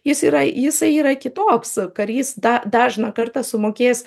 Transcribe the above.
jis yra jisai yra kitoks karys da dažną kartą sumokės